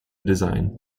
design